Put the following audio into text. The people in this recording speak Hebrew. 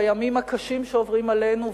בימים הקשים שעוברים עלינו,